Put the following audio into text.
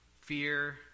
fear